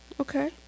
Okay